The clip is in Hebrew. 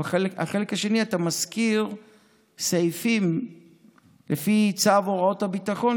אבל בחלק השני אתה מזכיר סעיפים לפי צו הוראות הביטחון,